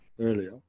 earlier